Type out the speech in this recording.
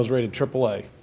rated triple a,